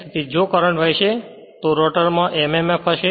તેથી જો કરંટ વહેશે તો રોટર માં mmf હશે